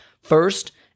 first